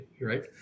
Right